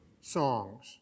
songs